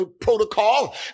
protocol